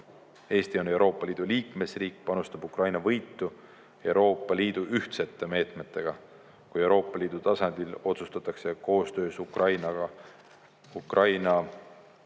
Eesti on Euroopa Liidu liikmesriik, kes panustab Ukraina võitu Euroopa Liidu ühtsete meetmetega. Kui Euroopa Liidu tasandil otsustatakse koostöös Ukrainaga